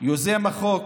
יוזם החוק